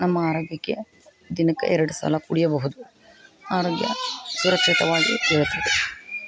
ನಮ್ಮ ಆರೋಗ್ಯಕ್ಕೆ ದಿನಕ್ಕೆ ಎರಡು ಸಲ ಕುಡಿಯಬಹುದು ಆರೋಗ್ಯ ಸುರಕ್ಷಿತವಾಗಿ ಇರುತ್ತದೆ